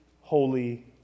holy